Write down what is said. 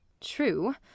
True